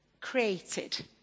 created